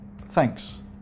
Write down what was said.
thanks